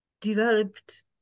developed